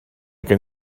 gen